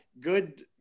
good